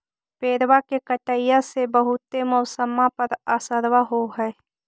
पेड़बा के कटईया से से बहुते मौसमा पर असरबा हो है?